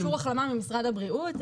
יש אישור החלמה ממשרד הבריאות.